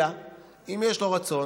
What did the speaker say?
אלא אם יש לו רצון